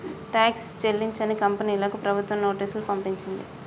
tax చెల్లించని కంపెనీలకు ప్రభుత్వం నోటీసులు పంపించింది